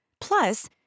Plus